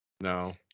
No